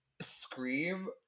scream